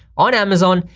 on amazon,